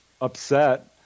upset